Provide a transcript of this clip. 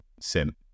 sim